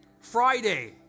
Friday